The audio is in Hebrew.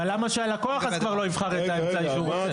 אז למה שהלקוח אז כבר לא יבחר את האמצעי שהוא רוצה?